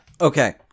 Okay